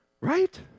Right